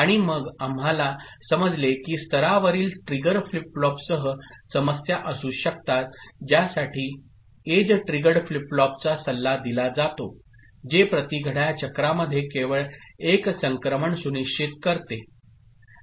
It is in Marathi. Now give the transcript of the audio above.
आणि मग आम्हाला समजलेकीस्तरावरीलट्रिगरफ्लिप फ्लॉपसहसमस्याअसूशकतातज्यासाठी एज ट्रिगर्डफ्लिप फ्लॉपचा सल्ला दिला जातो जे प्रति घड्याळ चक्रामध्ये केवळ एक संक्रमण सुनिश्चित करते